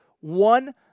One